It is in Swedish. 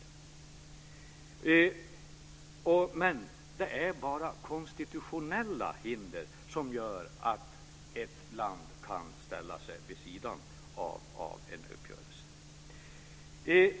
Men det är bara konstitutionella hinder som gör att ett land kan ställa sig vid sidan av en uppgörelse.